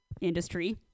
industry